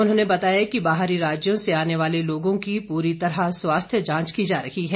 उन्होंने बताया कि बाहरी राज्यों से आने वाले लोगों की पूरी तरह स्वास्थ्य जांच की जा रही है